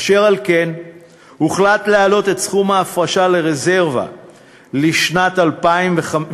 אשר על כן הוחלט להעלות את סכום ההפרשה לרזרבה לשנת 2013,